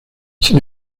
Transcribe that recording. sin